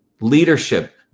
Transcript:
leadership